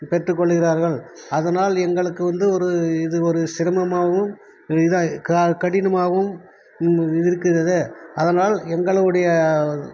பெற்று கொள்கிறார்கள் அதனால் எங்களுக்கு வந்து ஒரு இது ஒரு சிரமமாகவும் இதா கடினமாகவும் இருக்கிறது அதனால் எங்களுடைய